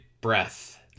breath